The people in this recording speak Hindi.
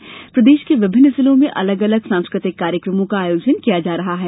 आज प्रदेश के विभिन्न जिलों में अलग अलग सांस्कृतिक कार्यक्रमों का आयोजन किया जा रहा है